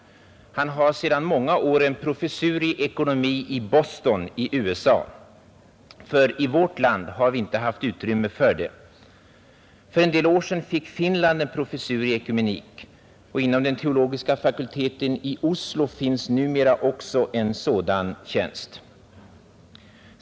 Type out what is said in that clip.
Han innehar sedan många år en professur i ekumenik i Boston i USA; i vårt land har vi inte haft utrymme för en sådan professur. För en del år sedan fick Finland en professur i ekumenik, och inom den teologiska fakulteten i Oslo finns numera också en sådan tjänst.